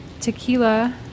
tequila